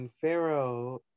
Pharaoh